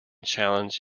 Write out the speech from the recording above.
challenged